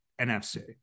NFC